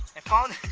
i found